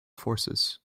forces